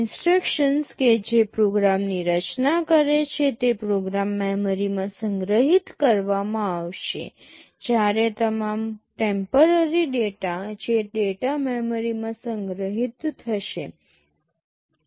instructions કે જે પ્રોગ્રામની રચના કરે છે તે પ્રોગ્રામ મેમરીમાં સંગ્રહિત કરવામાં આવશે જ્યારે તમામ ટેમ્પરરી ડેટા જે ડેટા મેમરીમાં સંગ્રહિત થશે